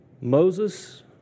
Moses